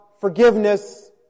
forgiveness